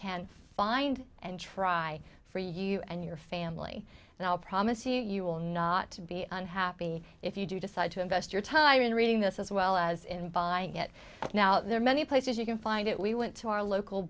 can find and try for you and your family and i'll promise you you will not to be unhappy if you do decide to invest your time in reading this as well as in buying it now there are many places you can find it we went to our local